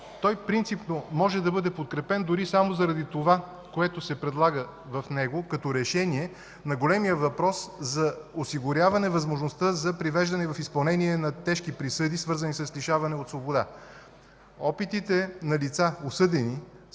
Той принципно може да бъде подкрепен дори само заради това, което се предлага в него като решение на големия въпрос за осигуряване възможността за привеждане в изпълнение на тежки присъди, свързани с лишаване от свобода. Опитите на лица, осъдени от